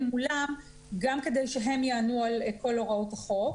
מולם גם כדי שהם יענו על כל הוראות החוק,